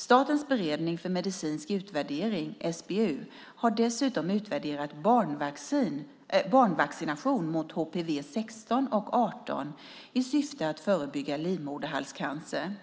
Statens beredning för medicinsk utvärdering, SBU, har dessutom utvärderat barnvaccination mot HPV 16 och 18 i syfte att förebygga livmoderhalscancer.